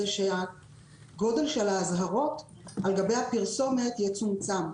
שגודל האזהרות על גבי הפרסומת יצומצם,